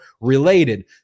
related